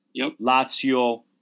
Lazio